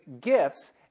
gifts